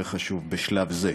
יותר חשוב בשלב זה.